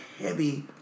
heavy